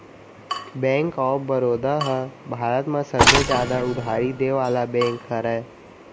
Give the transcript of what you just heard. bank of Baroda ह भारत म सबले जादा उधारी देय वाला बेंक हरय